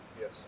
Yes